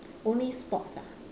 only sports ah